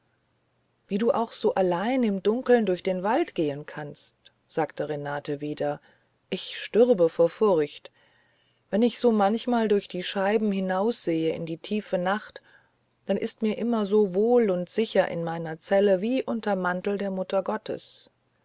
wie du auch so allein im dunkeln durch den wald gehen kannst sagte renate wieder ich stürbe vor furcht wenn ich so manchmal durch die scheiben hinaussehe in die tiefe nacht dann ist mir immer so wohl und sicher in meiner zelle wie unterm mantel der mutter gottes